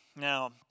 now